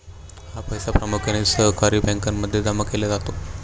हा पैसा प्रामुख्याने सहकारी बँकांमध्ये जमा केला जातो